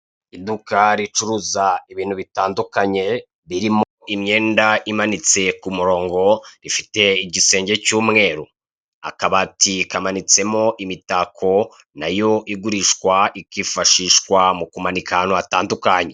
Iduka ricuruza ibintu bitandukanye birimo imyenda imanitse ku murongo ifite igisenge cy'umweru akabati kamanitsemo imitako nayo igurishwa ikifashishwa mu kumanika ahantu hatandukanye.